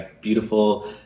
beautiful